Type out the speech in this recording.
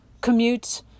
commute